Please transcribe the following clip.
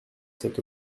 cet